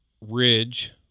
ridge